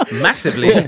Massively